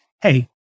hey